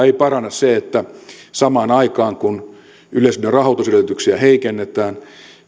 ei paranna se että samaan aikaan kun yleisradion rahoitusedellytyksiä heikennetään